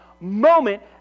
moment